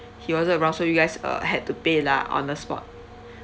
he wasn't around so you guys uh had to pay lah on the spot